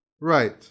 right